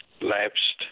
lapsed